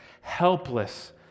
Helpless